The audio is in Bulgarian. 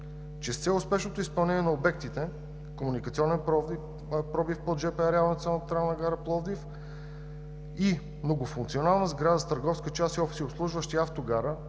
че с цел успешното изпълнение на обектите комуникационен пробив под жп реала на Централна гара – Пловдив, и многофункционална сграда с търговска част и общи, обслужващи Автогара